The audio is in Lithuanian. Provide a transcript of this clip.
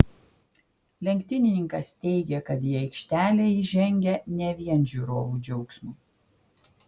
lenktynininkas teigė kad į aikštelę jis žengia ne vien žiūrovų džiaugsmui